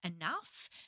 enough